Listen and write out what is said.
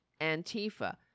Antifa